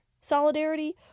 solidarity